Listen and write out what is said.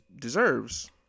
deserves